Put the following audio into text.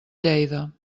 lleida